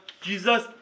Jesus